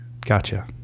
Gotcha